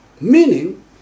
Meaning